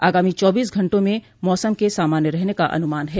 आगामी चौबीस घंटों में मौसम के सामान्य रहने का अनुमान है